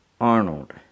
Arnold